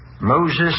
Moses